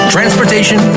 Transportation